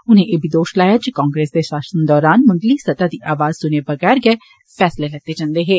उनें एह बी दोश लाया जे कांग्रेस दे षासन दौरान मुंडली स्तह दी आवाज़ सुने वगैर गैं फैसले लैते जन्दे हे